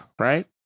right